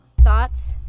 Thoughts